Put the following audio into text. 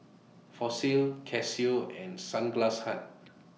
Fossil Casio and Sunglass Hut